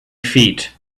feet